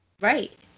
Right